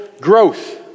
growth